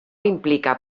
implica